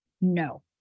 No